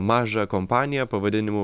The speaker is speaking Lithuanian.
mažą kompaniją pavadinimu